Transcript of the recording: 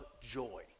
joy